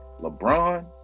LeBron